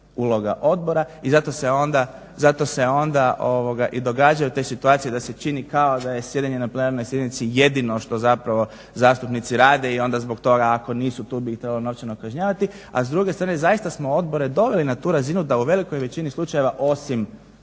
uloga odbora. I zato se onda i događaju te situacije da se čini kao da je sjedenje na plenarnoj sjednici jedino što zapravo zastupnici rade i onda zbog toga ako nisu tu bi ih trebalo novčano kažnjavati. A s druge strane zaista smo odbore doveli na tu razinu da u velikoj većini slučajeva, osim